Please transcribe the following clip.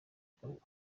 gakorwa